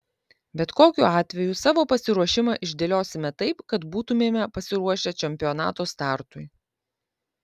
bet kokiu atveju savo pasiruošimą išdėliosime taip kad būtumėme pasiruošę čempionato startui